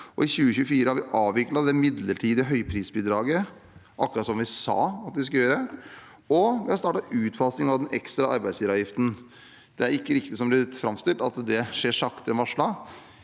i 2024 har vi avviklet det midlertidige høyprisbidraget – akkurat som vi sa at vi skulle gjøre – og vi har startet utfasing av den ekstra arbeidsgiveravgiften. Det er ikke riktig som det blir fram stilt, at det skjer saktere enn varslet.